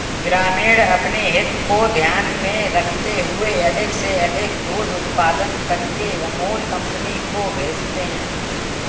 ग्रामीण अपनी हित को ध्यान में रखते हुए अधिक से अधिक दूध उत्पादन करके अमूल कंपनी को भेजते हैं